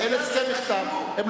אישרנו את הסוגיה של